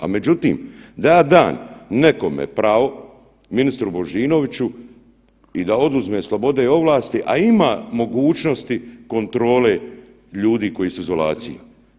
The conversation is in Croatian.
Ali, međutim, da ja dam nekome pravo, ministru Božinoviću i da oduzme slobode i ovlasti, a ima mogućnosti kontrole ljudi koji su u izolaciji.